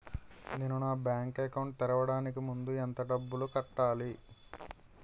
నేను నా bank account తెరవడానికి ముందు ఎంత డబ్బులు కట్టాలి?